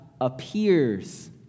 appears